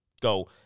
go